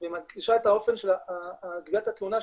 והיא מדגישה את האופן של גביית התלונה,